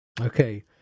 Okay